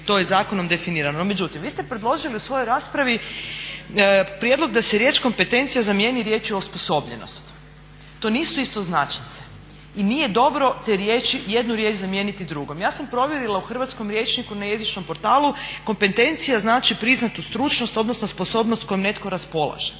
to je zakonom definirano. Međutim, vi ste predložili u svojoj raspravi prijedlog da se riječ kompetencija zamijeni riječju osposobljenost. To nisu istoznačnice. I nije dobro te riječi, jednu riječ zamijeniti drugom. Ja sam provjerila u hrvatskom jeziku na jezičnom portalu, kompetencija znači priznatu stručnost odnosno sposobnost kojom netko raspolaže.